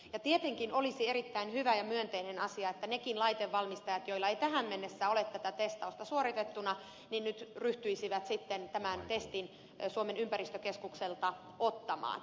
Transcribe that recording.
tietenkin olisi erittäin hyvä ja myönteinen asia että nekin laitevalmistajat joilla ei tähän mennessä ole tätä testausta suoritettuna nyt ryhtyisivät sitten tämän testin suomen ympäristökeskukselta ottamaan